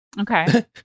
Okay